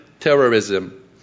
terrorism